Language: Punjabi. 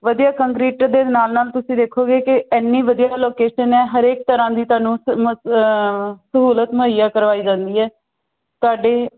ਵਧੀਆ ਕੰਕਰੀਟ ਦੇ ਨਾਲ ਨਾਲ ਤੁਸੀਂ ਦੇਖੋਗੇ ਕਿ ਇੰਨੀ ਵਧੀਆ ਲੋਕੇਸ਼ਨ ਹੈ ਹਰੇਕ ਤਰ੍ਹਾਂ ਦੀ ਤੁਹਾਨੂੰ ਸਹੂਲਤ ਮੁਹੱਈਆ ਕਰਵਾਈ ਜਾਂਦੀ ਹੈ ਤੁਹਾਡੇ